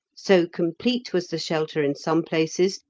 so complete was the shelter in some places,